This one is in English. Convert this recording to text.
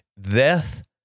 death